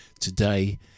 today